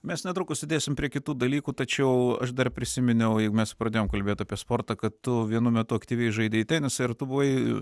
mes netrukus judėsim prie kitų dalykų tačiau aš dar prisiminiau jeigu mes pradėjom kalbėti apie sportą kad tu vienu metu aktyviai žaidei tenisą ir tu buvai